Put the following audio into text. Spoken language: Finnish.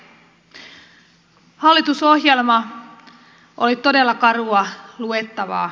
hallitusohjelma oli todella karua luettavaa